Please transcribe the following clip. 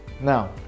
Now